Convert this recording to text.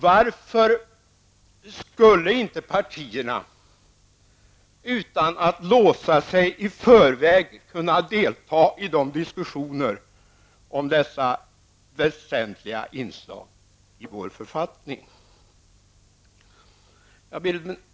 Varför skulle inte partierna, utan att låsa sig i förväg, kunna delta i diskussioner om dessa väsentliga inslag i vår författning?